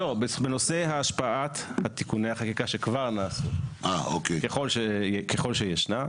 בנושא השפעת תיקוני החקיקה שכבר נעשו, ככל שישנה,